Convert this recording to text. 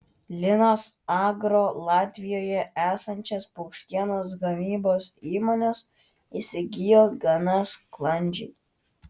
linas agro latvijoje esančias paukštienos gamybos įmones įsigijo gana sklandžiai